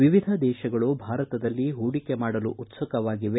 ವಿವಿಧ ದೇಶಗಳು ಭಾರತದಲ್ಲಿ ಹೂಡಿಕೆ ಮಾಡಲು ಉತ್ಸುಕವಾಗಿವೆ